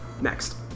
Next